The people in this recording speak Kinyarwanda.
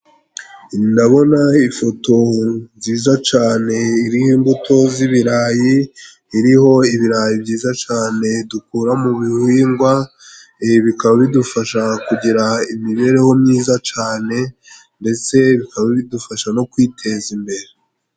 Ndabona ifoto nziza cyane iriho imbuto z'ibirayi. Iriho ibirayi byiza cyane dukura mu bihingwa. Ibi bikaba bidufasha kugira imibereho myiza cyane ndetse bikaba bidufasha no kwiteza imbere.